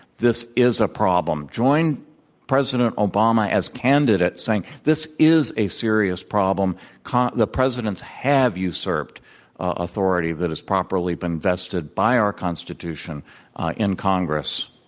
this is a problem. join president obama as candidate, saying, this is a serious problem. the presidents have usurped authority that has properly been vested by our constitution in congress.